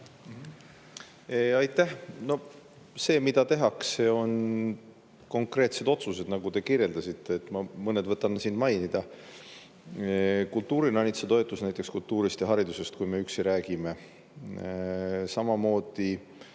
Aitäh! See, mida tehakse, on konkreetsed otsused, nagu te kirjeldasite. Ma mõned võtan siin mainida: kultuuriranitsatoetus näiteks, kui me kultuurist ja haridusest üksi räägime, samamoodi,